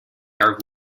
are